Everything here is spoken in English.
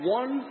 one